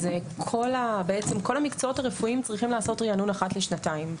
אז כול המקצועות הרפואיים צריכים לעשות ריענון אחת לשנתיים,